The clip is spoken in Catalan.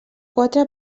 quatre